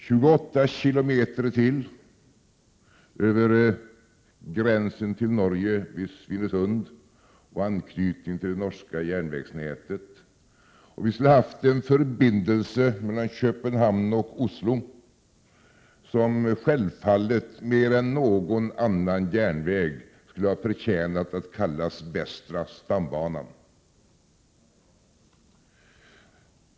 28 km till över gränsen till Norge vid Svinesund och anknytning till det norska järnvägsnätet — och vi skulle ha haft en förbindelse mellan Köpenhamn och Oslo som självfallet mer än någon annan järnväg skulle ha förtjänat att kallas Västra stambanan.